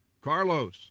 Carlos